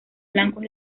blancos